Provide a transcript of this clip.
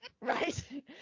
Right